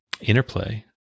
interplay